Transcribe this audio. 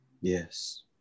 Yes